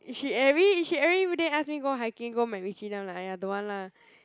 she every she everyday ask me go a hiking go MacRitchie then I'm like I don't want lah